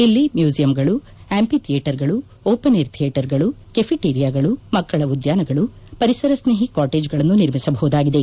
ಇಲ್ಲಿ ಮ್ಯೂಸಿಯಂಗಳು ಆಂಪಿ ಥಿಯೇಟರ್ಗಳು ಓಪನ್ಏರ್ ಥಿಯೇಟರ್ಗಳು ಕೆಫಿಟೇರಿಯಾಗಳು ಮಕ್ಕಳ ಉದ್ಯಾನಗಳು ಪರಿಸರ ಸ್ನೇಹಿ ಕಾಟೇಜ್ಗಳನ್ನು ನಿರ್ಮಿಸಬಹುದಾಗಿದೆ